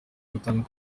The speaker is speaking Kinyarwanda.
gutangaza